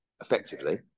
effectively